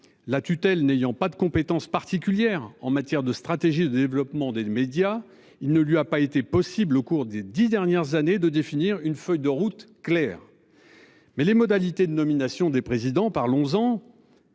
la tutelle n'ayant pas de compétences particulières en matière de stratégie de développement des médias, il ne lui a pas été possible au cours des 10 dernières années de définir une feuille de route claire. Mais les modalités de nomination des présidents par le